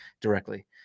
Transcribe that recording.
directly